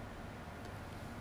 chili 香